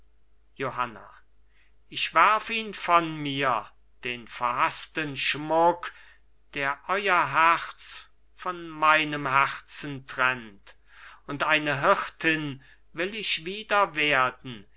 johanna ich werf ihn von mir den verhaßten schmuck der euer herz von meinem herzen trennt und eine hirtin will ich wieder werden